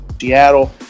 Seattle